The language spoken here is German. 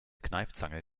kneifzange